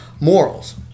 morals